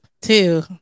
two